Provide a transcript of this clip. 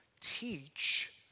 teach